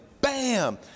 bam